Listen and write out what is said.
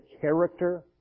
character